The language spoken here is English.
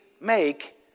make